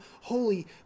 holy